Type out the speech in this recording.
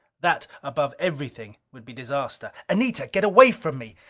that above everything, would be disaster. anita, get away from me!